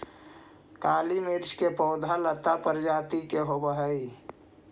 काली मिर्च के पौधा लता प्रजाति के होवऽ हइ